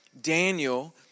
Daniel